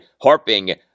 harping